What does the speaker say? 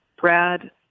Brad